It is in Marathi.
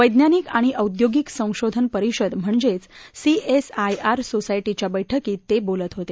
वैज्ञानिक आणि औद्योगिक संशोधन परिषद म्हणजे सीएसआयआर सोसाया ीिया बैठकीत ते बोलत होते